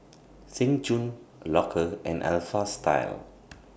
Seng Choon Loacker and Alpha Style